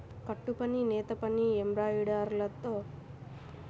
కుట్టుపని, నేతపని, ఎంబ్రాయిడరీలో దారాల్ని విరివిగా ఉపయోగిస్తారు